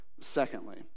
Secondly